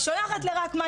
ושולחת לרקמן